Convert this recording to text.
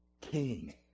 King